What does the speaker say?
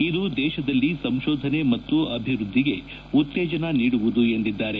ಇದು ದೇತದಲ್ಲಿ ಸಂಶೋಧನೆ ಮತ್ತು ಅಭಿವೃದ್ದಿಗೆ ಉತ್ತೇಜನ ನೀಡುವುದು ಎಂದಿದ್ದಾರೆ